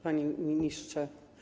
Panie Ministrze!